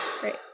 great